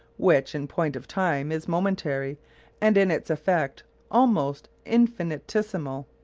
which in point of time is momentary and in its effects almost infinitesimal.